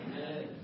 Amen